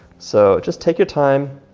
so just take your time.